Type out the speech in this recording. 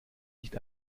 nicht